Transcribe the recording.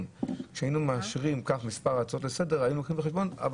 כשהיינו מאשרים כך מספר הצעות לסדר היום,